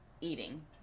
eating